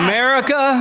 America